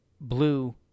blue